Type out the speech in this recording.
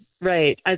right